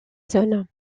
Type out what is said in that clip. zone